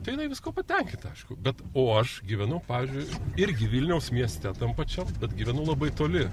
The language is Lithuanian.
tai jinai viskuo patenkinta aišku bet o aš gyvenu pavyzdžiui irgi vilniaus mieste tam pačiam bet gyvenu labai toli